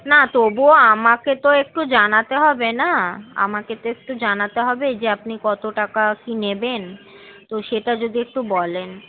না তবুও আমাকে তো একটু জানাতে হবে না আমাকে তো একটু জানাতে হবে যে আপনি কত টাকা কী নেবেন তো সেটা যদি একটু বলেন